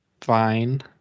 fine